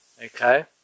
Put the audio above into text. Okay